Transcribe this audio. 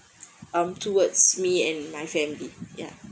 um towards me and my family ya